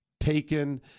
Taken